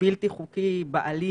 בלתי חוקי בעליל,